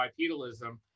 bipedalism